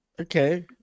okay